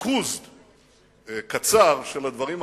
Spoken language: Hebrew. ריכוז קצר של הדברים הללו,